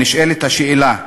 נשאלת השאלה: